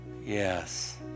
Yes